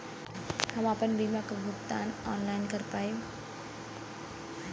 हम आपन बीमा क भुगतान ऑनलाइन कर पाईब?